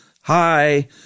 Hi